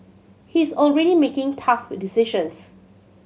he is already making tough decisions